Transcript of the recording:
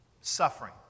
suffering